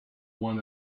one